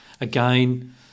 Again